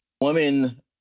women